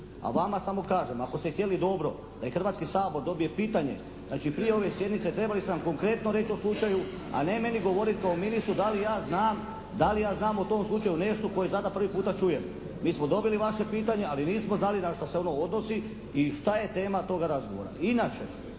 A vama samo kažem. Ako ste htjeli dobro da Hrvatski Sabor dobije pitanje, znači prije ove sjednice trebali ste nam konkretno reći o slučaju a ne meni govoriti kao ministru da li ja znam o tom slučaju nešto o kojem sada prvi puta čujem. Mi smo dobili vaše pitanje ali nismo znali na što se ono odnosi i šta je tema toga razgovora. Inače,